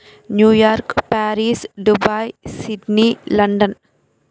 New York Paris Dubai Sydney London